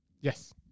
Yes